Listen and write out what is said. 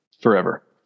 forever